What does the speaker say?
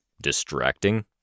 Distracting